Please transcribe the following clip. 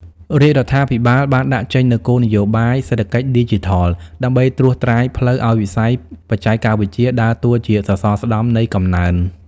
រាជរដ្ឋាភិបាលបានដាក់ចេញនូវគោលនយោបាយសេដ្ឋកិច្ចឌីជីថល ដើម្បីត្រួសត្រាយផ្លូវឱ្យវិស័យបច្ចេកវិទ្យាដើរតួជាសសរស្តម្ភនៃកំណើន។